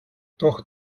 doch